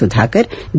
Sudhakar B